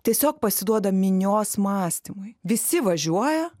tiesiog pasiduoda minios mąstymui visi važiuoja